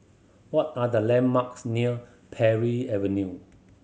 what are the landmarks near Parry Avenue